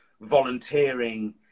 volunteering